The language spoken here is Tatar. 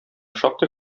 шактый